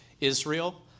Israel